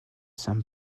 some